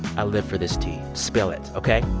i live for this tea. spill it, ok?